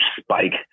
spike